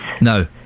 no